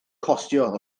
costio